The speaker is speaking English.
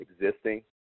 existing